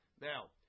Now